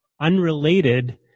unrelated